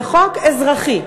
זה חוק אזרחי.